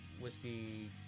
Whiskey